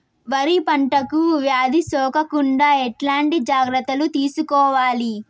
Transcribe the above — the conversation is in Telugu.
వరి పంటకు వ్యాధి సోకకుండా ఎట్లాంటి జాగ్రత్తలు తీసుకోవాలి?